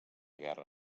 guerra